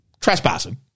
trespassing